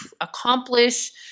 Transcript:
accomplish